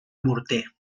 morter